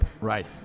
Right